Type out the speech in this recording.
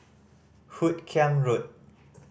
Hoot Kiam Road